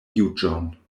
juĝon